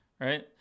Right